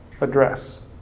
address